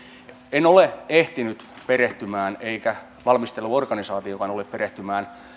en ole ehtinyt perehtymään eikä valmisteluorganisaatiokaan ole